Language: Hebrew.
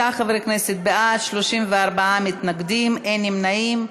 29 חברי כנסת בעד, 34 מתנגדים, אין נמנעים.